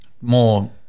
More